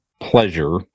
pleasure